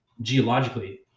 geologically